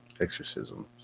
exorcisms